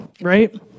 Right